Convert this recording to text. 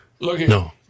no